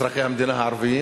אזרחי המדינה הערבים,